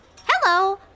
Hello